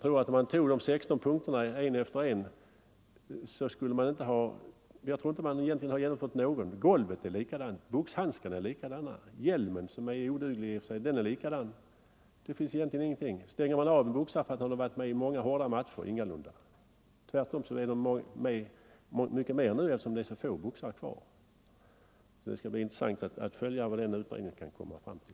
Om man gick igenom dessa 16 punkter en efter en skulle man nog finna att de flesta inte genomförts. Golvet ser likadant ut nu som tidigare, boxhandskarna är likadana och hjälmen — som i och för sig är oduglig —- är likadan. Det finns egentligen ingenting som ändrats. Stänger man av en boxare som har varit med i många hårda matcher? Ingalunda! Tvärtom, de är med mycket mera nu eftersom det finns så få boxare kvar. Det skall bli intressant att följa vad utredningen kan komma fram till.